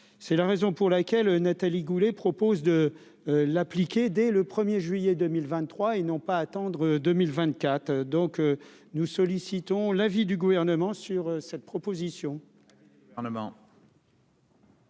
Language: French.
c'est la raison pour laquelle Nathalie Goulet propose de l'appliquer dès le 1er juillet 2023 et non pas attendre 2024 donc nous sollicitons l'avis du gouvernement sur cette proposition